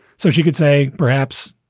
so she could say perhaps,